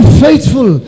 faithful